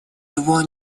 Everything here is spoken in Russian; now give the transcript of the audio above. его